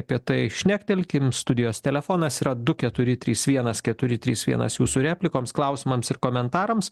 apie tai šnektelkim studijos telefonas yra du keturi trys vienas keturi trys vienas jūsų replikoms klausimams ir komentarams